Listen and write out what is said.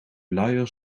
luier